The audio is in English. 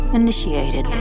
initiated